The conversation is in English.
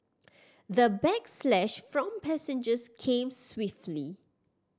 the backlash from passengers came swiftly